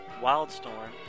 Wildstorm